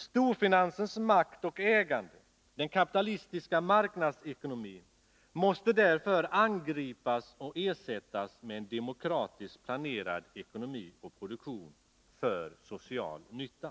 Storfinansens makt och ägande, den kapitalistiska marknadsekonomin, måste därför angripas och ersättas med en demokratiskt planerad ekonomi och produktion för social nytta.